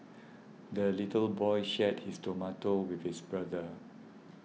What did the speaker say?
the little boy shared his tomato with his brother